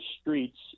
streets